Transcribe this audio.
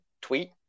tweet